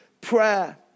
prayer